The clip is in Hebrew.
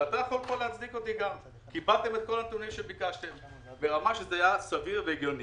שאותם קיבלתם ברמה סבירה והגיונית.